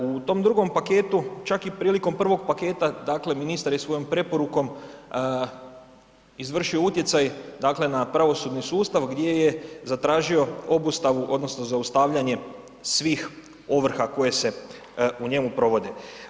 U tom drugom paketu čak prilikom prvog paketa dakle ministar je svojom preporukom izvršio utjecaj dakle na pravosudni sustav gdje je zatražio obustavu odnosno zaustavljanje svih ovrha koje se u njemu provode.